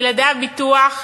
בלעדי הביטוח,